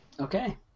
Okay